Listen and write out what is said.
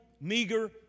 meager